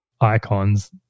icons